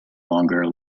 longer